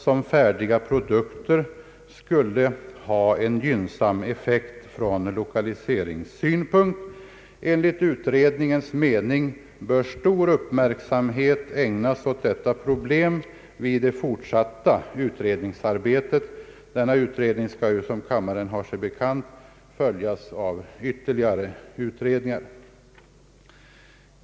som färdiga produkter, skulle ha en gynnsam effekt från lokaliseringssynpunkt. Enligt utredningens mening bör stor uppmärksamhet ägnas åt detta problem vid det fortsatta utredningsarbetet.> Denna utredning skall, som kammaren har sig bekant, följas av ytterligare utredningar.